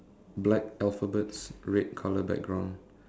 black alphabets red colour background